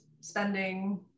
spending